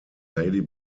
lady